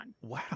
Wow